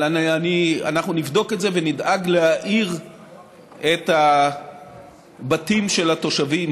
אבל אנחנו נבדוק את זה ונדאג להאיר את הבתים של התושבים.